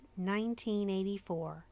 1984